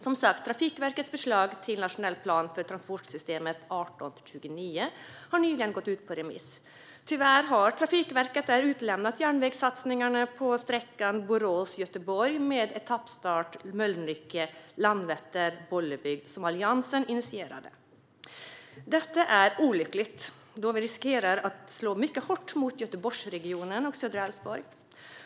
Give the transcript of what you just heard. Som sagt, Trafikverkets förslag till nationell plan för transportsystemet 2018-2029 har nyligen gått ut på remiss. Tyvärr har Trafikverket där utelämnat järnvägssatsningarna på sträckan Borås-Göteborg med etappstart Mölnlycke-Landvetter-Bollebygd som Alliansen initierade. Detta är olyckligt då det riskerar att slå mycket hårt mot Göteborgsregionen och södra Älvsborg.